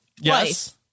yes